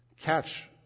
Catch